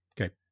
Okay